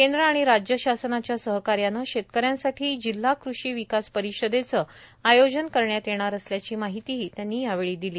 केंद्र आणि राज्य शासनाच्या सहकार्याने शेतकऱ्यांसाठी जिल्हा कृषी विकास परिषदेचे आयोजन करण्यात येणार असल्याची माहितीही त्यांनी यावेळी दिली